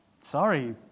Sorry